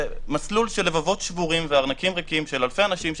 זה מסלול של לבבות שבורים וארנקים ריקים של אלפי אנשים,